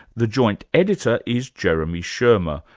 the joint editor is jeremy shearmur,